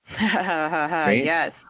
Yes